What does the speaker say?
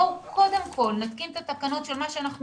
בואו קודם כל נתקין את התקנות של מה שאנחנו